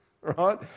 right